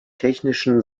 technischen